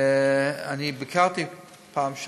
אני ביקרתי שם פעם,